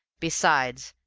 besides,